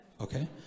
Okay